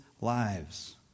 lives